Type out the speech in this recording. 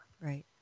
right